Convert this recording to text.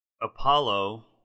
Apollo